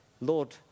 Lord